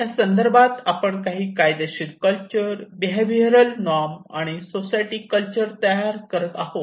या संदर्भात आपण काही कायदेशीर कल्चर बेहेविअरल नॉर्म आणि सोसायटी कल्चर तयार करत आहोत